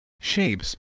shapes